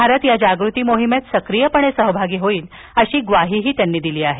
भारत या जागृती मोहिमेत सक्रियपणे सहभागी होईल अशी ग्वाही दिली आहे